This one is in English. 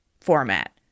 format